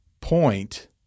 point